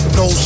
no